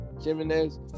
Jimenez